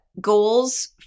goals